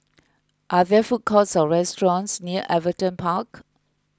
are there food courts or restaurants near Everton Park